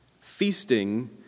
Feasting